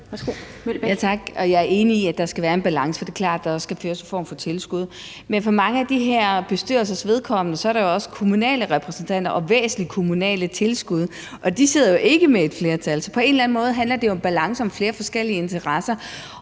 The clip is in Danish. Jeg er enig i, at der skal være en balance, for det er klart, at der også skal føres en form for tilsyn. Men for mange af de her bestyrelsers vedkommende er der jo også kommunale repræsentanter og væsentlige kommunale tilskud, og de sidder jo ikke med et flertal. Så på en eller anden måde handler det om balance og om flere forskellige